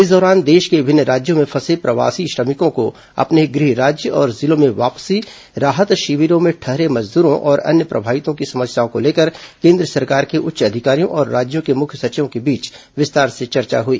इस दौरान देश के विॅभिन्न राज्यों में फंसे प्रवासी श्रमिकों को अपने गृह राज्य और जिलों में वापसी राहत शिविरों में ठहरे मजदूरों और अन्य प्रभावतों की समस्याओं को लेकर केन्द्र सरकार के उच्च अधिकारियों और राज्यों के मुख्य सचिवों के बीच विस्तार से चर्चा हुई